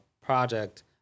project